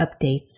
updates